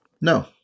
No